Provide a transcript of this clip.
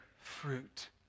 fruit